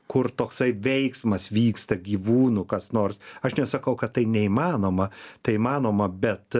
kur toksai veiksmas vyksta gyvūnų kas nors aš nesakau kad tai neįmanoma tai įmanoma bet